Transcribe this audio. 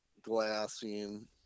glassing